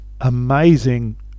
amazing